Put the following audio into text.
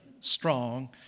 strong